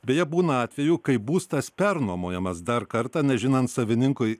beje būna atvejų kai būstas pernuomojamas dar kartą nežinant savininkui